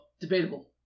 Debatable